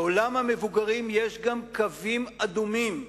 לעולם המבוגרים יש גם קווים אדומים,